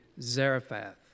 Zarephath